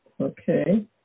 Okay